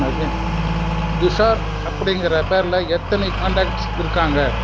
துஷார் அப்படிங்கிற பேரில் எத்தனை கான்டாக்ட்ஸ் இருக்காங்க